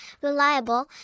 reliable